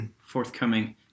forthcoming